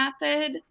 method